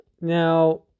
Now